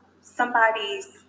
somebody's